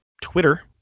Twitter